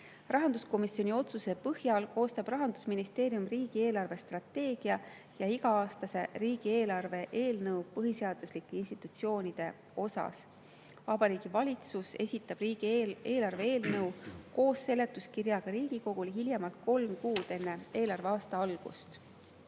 Rahanduskomisjoni otsuse põhjal koostab Rahandusministeerium riigi eelarvestrateegia ja iga-aastase riigieelarve eelnõu põhiseaduslike institutsioonide osa. Vabariigi Valitsus esitab riigieelarve eelnõu koos seletuskirjaga Riigikogule hiljemalt kolm kuud enne eelarveaasta algust. Teine